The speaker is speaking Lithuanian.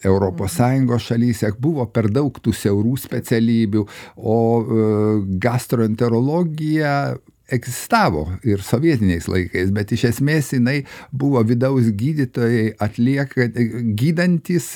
europos sąjungos šalyse buvo per daug tų siaurų specialybių o gastroenterologija egzistavo ir sovietiniais laikais bet iš esmės jinai buvo vidaus gydytojai atlieka gydantys